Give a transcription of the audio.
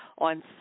on